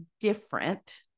different